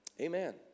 Amen